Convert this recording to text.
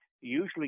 Usually